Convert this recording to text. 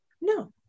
no